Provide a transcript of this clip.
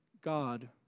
god